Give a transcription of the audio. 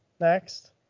next